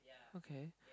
okay